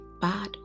bad